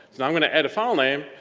now i'm gonna add a file name,